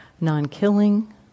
non-killing